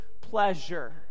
pleasure